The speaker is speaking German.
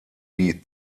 die